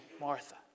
Martha